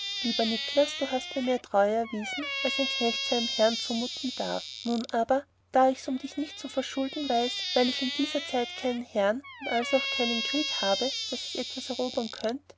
lieber niklas du hast mir mehr treue erwiesen als ein herr seinem knecht zumuten darf nun aber da ichs um dich nicht zu verschulden weiß weil ich dieser zeit keinen herrn und also auch keinen krieg habe daß ich etwas erobern könnte